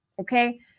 okay